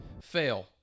fail